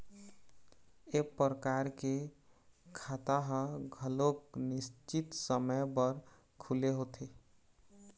ए परकार के खाता ह घलोक निस्चित समे बर खुले होथे